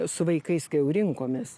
su vaikais kai jau rinkomės